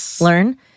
learn